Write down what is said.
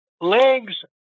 legs